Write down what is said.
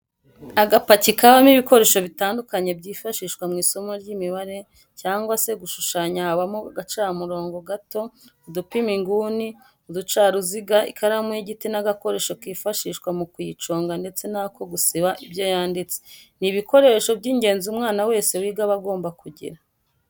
Agapaki kabamo ibikoresho bitandukanye byifashishwa mu isomo ry'imibare cyangwa se mu gushushanya habamo agacamurongo gato, udupima inguni, uducaruziga, ikaramu y'igiti n'agakoresho kifashishwa mu kuyiconga ndetse n'ako gusiba ibyo yanditse, ni ibikoresho by'ingenzi umwana wese wiga aba agomba kugira.